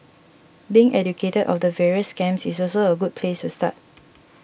being educated of the various scams is also a good place to start